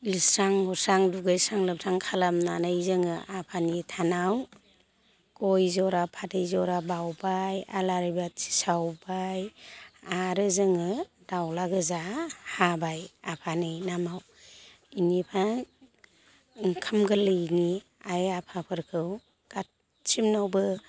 बिस्रां बुस्रां दुगैस्रां लोबस्रां खालामनानै जोङो आफानि थानाव गय जरा फाथै जरा बावबाय आलारि बाथि सावबाय आरो जोङो दाउज्ला गोजा हाबाय आफानि नामाव बेनिफाय ओंखाम गोरलैनि आइ आफाफोरखौ गासिनावबो